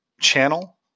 channel